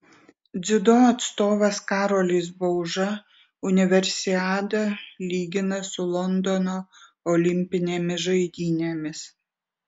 dziudo atstovas karolis bauža universiadą lygina su londono olimpinėmis žaidynėmis